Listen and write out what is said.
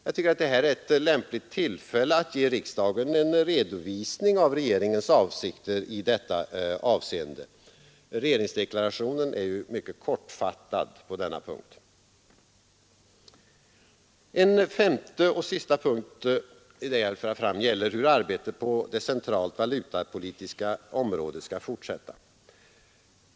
Det här är ett lämpligt tillfälle att ge riksdagen en redovisning av regeringens avsikter i detta avseende. Regeringsdeklarationen är ju mycket kortfattad på denna punkt. En femte punkt gäller hur arbetet på det centralt valutapolitiska området skall fortsättas.